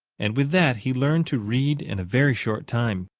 and with that he learned to read in a very short time.